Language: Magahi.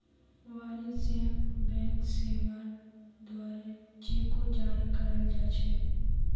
वाणिज्यिक बैंक सेवार द्वारे चेको जारी कराल जा छेक